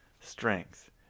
strength